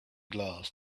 glass